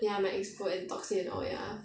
ya might explode and toxic and all ya